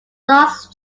last